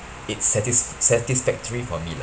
it's satis~ satisfactory for me lah